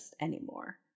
anymore